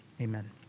Amen